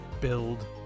build